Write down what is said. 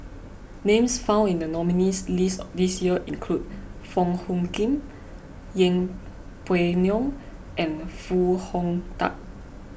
names found in the nominees' list this year include Wong Hung Khim Yeng Pway Ngon and Foo Hong Tatt